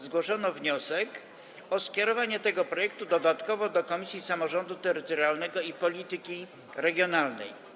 Zgłoszono wniosek o skierowanie tego projektu dodatkowo do Komisji Samorządu Terytorialnego i Polityki Regionalnej.